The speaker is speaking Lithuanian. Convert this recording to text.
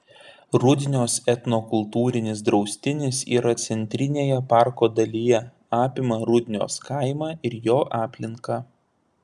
rudnios etnokultūrinis draustinis yra centrinėje parko dalyje apima rudnios kaimą ir jo aplinką